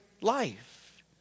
life